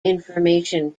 information